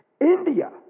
India